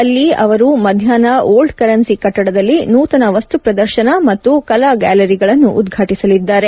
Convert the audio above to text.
ಅಲ್ಲಿ ಅವರು ಮಧ್ಯಾಷ್ನ ಓಲ್ಡ್ ಕರೆನ್ಸಿ ಕಟ್ಟಡದಲ್ಲಿ ನೂತನ ವಸ್ತುಪ್ರದರ್ಶನ ಮತ್ತು ಕಲಾ ಗ್ಯಾಲರಿಗಳನ್ನು ಉದ್ರಾಟಿಸಲಿದ್ದಾರೆ